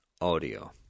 audio